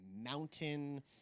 mountain